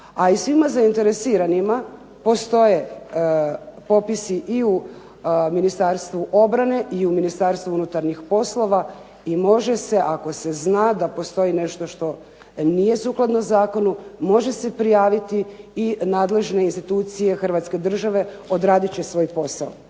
a i svima zainteresiranima postoje popisi i u Ministarstvu obrane, i u Ministarstvu unutarnjih poslova, i može se ako se zna da postoji nešto što nije sukladno zakonu, može se prijaviti i nadležne institucije hrvatske države, odradit će svoj posao.